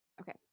Okay